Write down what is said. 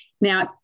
Now